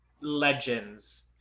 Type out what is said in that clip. legends